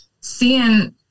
seeing